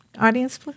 audience